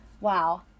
Wow